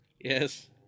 Yes